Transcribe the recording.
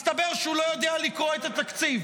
הסתבר שהוא לא יודע לקרוא את התקציב: